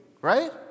right